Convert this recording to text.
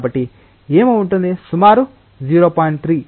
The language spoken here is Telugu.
కాబట్టి ఏమి ఉంటుంది సుమారు 0